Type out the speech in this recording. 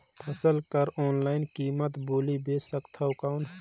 फसल कर ऑनलाइन कीमत बोली बेच सकथव कौन?